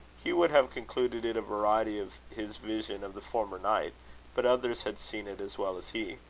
hugh would have concluded it a variety of his vision of the former night but others had seen it as well as he.